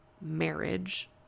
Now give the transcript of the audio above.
marriage